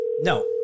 No